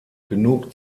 genug